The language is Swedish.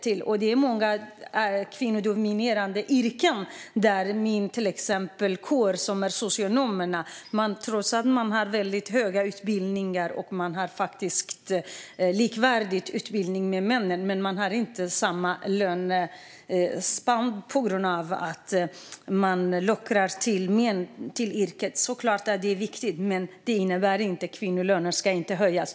Det finns många kvinnodominerade yrken, till exempel min yrkeskår, socionomer, där kvinnor, trots att de har hög utbildning som är likvärdig med männens, inte har samma lönespann. Det är såklart viktigt att locka fler män till yrket, men detta innebär inte att kvinnors lön inte ska höjas.